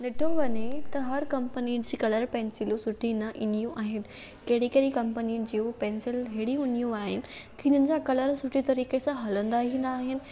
ॾिठो वञे त हर कंपनीअ जी कलर पेंसिलियूं सुठियूं न ईंदियूं आहिनि कहिड़ी कहिड़ी कंपनीअ जूं पेंसिल हेड़ियूं हूंदियूं आहिनि की हिननि जा कलर सुठे तरीक़े सां हलंदा ई न आहिनि